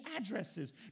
addresses